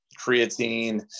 creatine